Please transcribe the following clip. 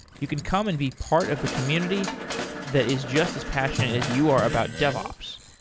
you can come and be part of the community that is just as passionate as you are about devops.